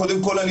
קודם כל,